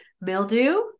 mildew